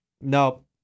no